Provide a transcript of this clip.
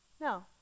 No